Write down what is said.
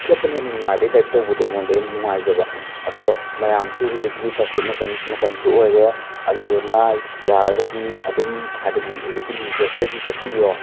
ꯁꯦꯠꯄꯅ ꯍꯦꯟꯅ ꯅꯨꯡꯉꯥꯏꯕꯩ ꯇꯥꯏꯞ ꯇꯧꯕꯗꯣ ꯑꯩꯉꯣꯟꯗ ꯌꯥꯝ ꯅꯨꯡꯉꯥꯏꯖꯕ ꯑꯗꯣ ꯃꯌꯥꯝꯁꯨ ꯍꯨꯖꯤꯛꯇꯤ ꯐꯦꯁꯇꯤꯚ ꯃꯇꯝ ꯃꯇꯝꯁꯨ ꯑꯣꯏꯔꯦ ꯑꯗꯨꯗꯨꯅ ꯌꯥꯔꯒꯗꯤ ꯑꯗꯨꯝ ꯍꯥꯏꯕꯗꯤ ꯍꯨꯖꯤꯛꯀꯤ ꯃꯤꯟꯇ꯭ꯔꯁꯤꯗꯒꯤ ꯀꯛꯄꯤꯌꯣ